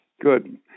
Good